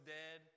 dead